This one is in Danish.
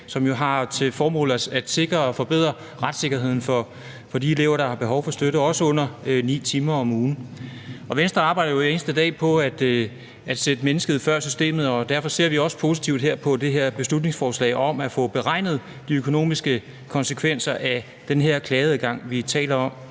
som har til formål at sikre og forbedre retssikkerheden for de elever, der har behov for støtte, også under 9 timer om ugen. Venstre arbejder jo hver eneste dag på at sætte mennesket før systemet, og derfor ser vi også positivt på det her beslutningsforslag om at få beregnet de økonomiske konsekvenser af den klageadgang, vi her taler om.